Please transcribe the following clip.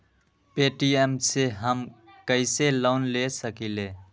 Paytm से हम कईसे लोन ले सकीले?